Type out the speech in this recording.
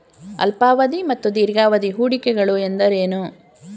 ಅಲ್ಪಾವಧಿ ಮತ್ತು ದೀರ್ಘಾವಧಿ ಹೂಡಿಕೆಗಳು ಎಂದರೇನು?